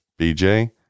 BJ